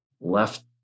left